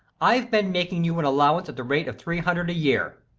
i've been making you an allowance at the rate of three hundred a year.